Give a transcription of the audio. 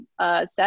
set